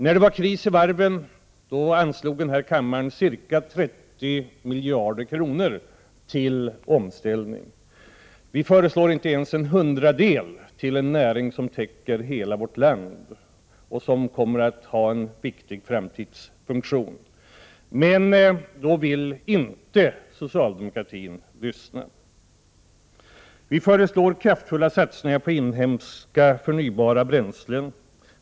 När det var kris på varvsområdet anslog denna kammare ca 30 miljarder kronor till omställning. Vi föreslår inte ens en hundradel härav till en näring som täcker hela vårt land och som kommer att ha en viktig framtidsfunktion, men då vill socialdemokratin inte lyssna. Vi föreslår kraftfulla satsningar på inhemska förnybara bränslen.